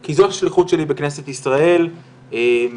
כי זו השליחות שלי בכנסת ישראל ואני